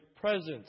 presence